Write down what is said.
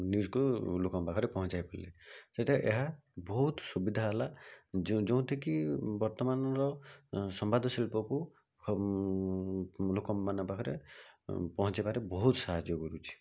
ନ୍ୟୁଜ୍କୁ ଲୋକଙ୍କ ପାଖରେ ପହଞ୍ଚାଇପାରିଲେ ଏହା ବହୁତ ସୁବିଧା ହେଲା ଯୋଉଁଠିକି ବର୍ତ୍ତମାନର ସମ୍ବାଦଶିଳ୍ପକୁ ଲୋକମାନଙ୍କ ପାଖରେ ପହଞ୍ଚାଇବାରେ ବହୁତ ସାହାଯ୍ୟ କରୁଛି